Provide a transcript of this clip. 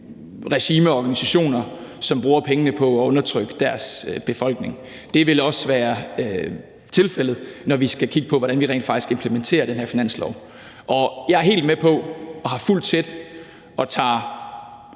regimer og organisationer, som bruger pengene på at undertrykke deres befolkning. Det vil også være tilfældet, når vi skal kigge på, hvordan vi rent faktisk implementerer den her finanslov. Jeg er helt med på og har fulgt det tæt og tager